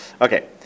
Okay